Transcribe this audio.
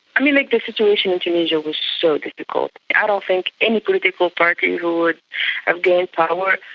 i mean, like the situation in tunisia was so difficult. i don't think any political party who would have gained power,